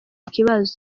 ikibazo